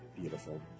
Beautiful